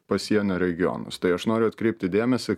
pasienio regionus tai aš noriu atkreipti dėmesį